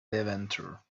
levanter